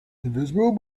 invisible